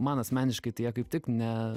man asmeniškai tai jie kaip tik ne